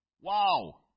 Wow